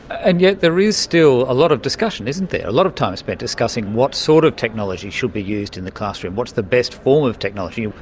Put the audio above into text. and yet there is still a lot of discussion, isn't there, a lot of time spent discussing what sort of technology should be used in the classroom, what is the best form of technology.